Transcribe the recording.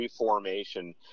reformation